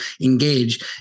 engage